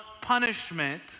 punishment